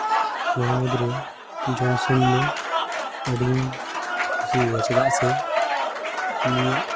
ᱱᱚᱣᱟ ᱢᱩᱫᱽᱨᱮ ᱡᱚᱱᱥᱚᱱ ᱫᱚ ᱟᱹᱰᱤᱧ ᱠᱩᱥᱤᱭᱟᱭᱟ ᱪᱮᱫᱟᱜ ᱥᱮ ᱩᱱᱤᱭᱟᱜ